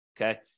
okay